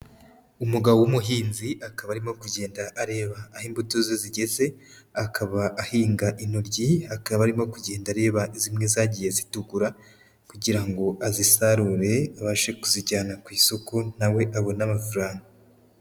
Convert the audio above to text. Umugabo w'umuhinzi akaba arimo kugenda areba aho imbuto ze zigeze, akaba ahinga intoryi, akaba arimo kugenda areba zimwe zagiye zitukura kugira ngo azisarure abashe kuzijyana ku isoko na we abone amafaranga.